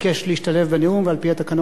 ועל-פי התקנון אנחנו מאפשרים לשר,